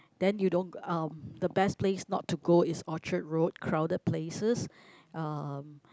then you don't um the best place not to go is Orchard-Road crowded places uh